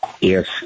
Yes